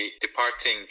departing